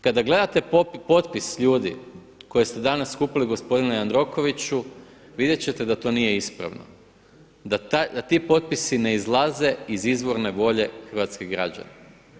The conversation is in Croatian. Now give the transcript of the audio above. Kada gledate potpis ljudi koje ste danas skupili gospodine Jandrokoviću vidjeti ćete da to nije ispravno, da ti potpisi ne izlaze iz izvorne volje hrvatskih građana.